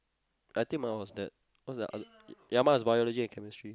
I think my one was that cause there was other ya mine was Biology and Chemistry